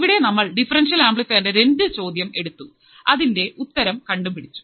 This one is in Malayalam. ഇവിടെ നമ്മൾ ഡിഫറെൻഷ്യൽ ആംപ്ലിഫയറിന്റെ രണ്ടു ചോദ്യം എടുത്തു അതിൻറെ ഉത്തരം കണ്ടുപിടിച്ചു